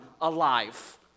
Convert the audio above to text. alive